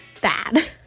bad